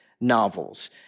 Novels